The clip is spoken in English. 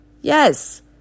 Yes